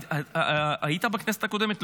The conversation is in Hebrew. היית בכנסת הקודמת?